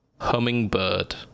Hummingbird